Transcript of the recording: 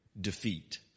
defeat